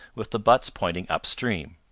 with the butts pointing up-stream.